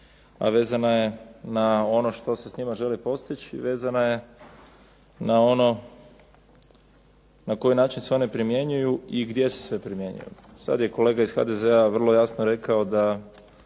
a vezana je na ono što se s njima želi postići i vezana je na ono na koji način se one primjenjuju i gdje se sve primjenjuju. Sad je kolega iz HDZ-a vrlo jasno rekao da